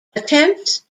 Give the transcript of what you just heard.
attempts